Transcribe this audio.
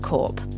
Corp